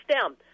stem